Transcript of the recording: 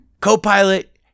co-pilot